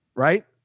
right